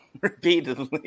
repeatedly